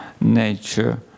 nature